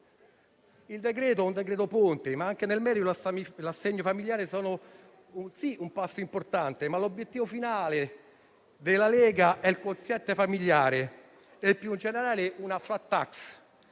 Il decreto-legge è un provvedimento ponte, ma anche nel merito l'assegno familiare è un passo importante; tuttavia l'obiettivo finale della Lega è il quoziente familiare e più in generale la *flat tax,*